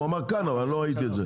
הוא אמר כאן אבל אני לא ראיתי את זה.